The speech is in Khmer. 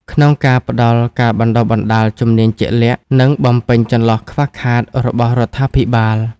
ក្នុងការផ្តល់ការបណ្តុះបណ្តាលជំនាញជាក់លាក់ និងបំពេញចន្លោះខ្វះខាតរបស់រដ្ឋាភិបាល។